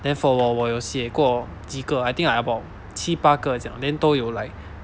then for 我我有写过几个 I think like about 七八个这样 then 都有 like